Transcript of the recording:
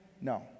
No